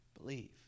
Believe